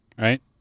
right